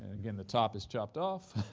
again the top is chopped off.